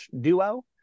duo